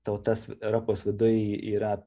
tautas europos viduj yra